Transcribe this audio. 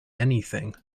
anything